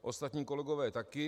Ostatní kolegové také.